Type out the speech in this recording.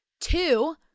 Two